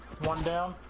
one down